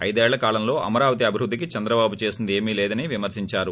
ఐదేళ్ళ కాలంలో అమరావతి అభివృద్ధికి చంద్రబాబు చేసింది ఏమీ లేదని విమర్నించారు